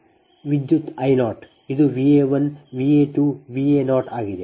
ವಿದ್ಯುತ್ I 0 ಇದು V a1 V a2 V a0 ಆಗಿದೆ